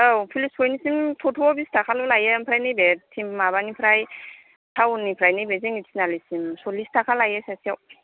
औ police point सिम टट' आव बिस थाखाल' लायो ओमफ्राय नैबे माबानिफ्राय टाउन निफ्राय नैबे जोंनि तिनिआलिसिम सल्लिस थाखा लायो सासेयाव